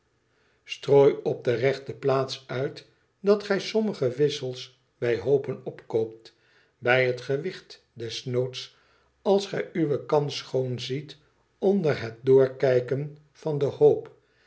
strooi op de rechte plaats uit dat gij sommige wissels hij hoopen opkoopt bij het gewicht desnoods als gij uwe kans schoon ziet onder het doorkijken van den hoop